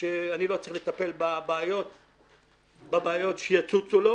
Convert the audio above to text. שאני לא צריך לטפל בבעיות שיצוצו לו,